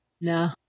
no